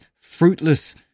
fruitless